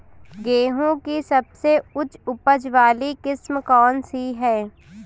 गेहूँ की सबसे उच्च उपज बाली किस्म कौनसी है?